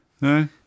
No